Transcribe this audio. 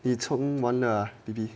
你冲完了 ah B_B